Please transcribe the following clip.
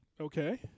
Okay